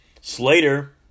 Slater